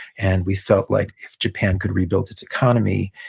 and we felt like if japan could rebuild its economy,